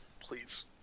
Please